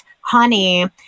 honey